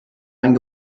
ein